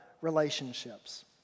relationships